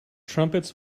trumpets